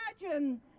imagine